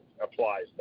applies